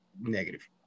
Negative